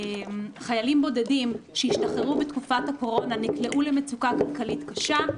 שחיילים בודדים שהשתחררו בתקופת הקורונה נקלעו למצוקה כלכלית קשה,